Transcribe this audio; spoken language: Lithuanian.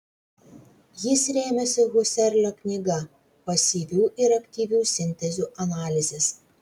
jis rėmėsi husserlio knyga pasyvių ir aktyvių sintezių analizės